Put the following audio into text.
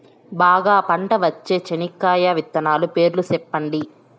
బాగా పంట వచ్చే చెనక్కాయ విత్తనాలు పేర్లు సెప్పండి?